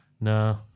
No